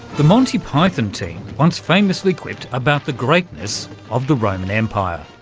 the monty python team once famously quipped about the greatness of the roman empire.